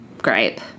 gripe